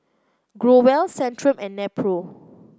Growell Centrum and Nepro